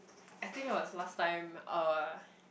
I think it was last time uh